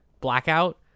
Blackout